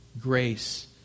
grace